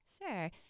Sure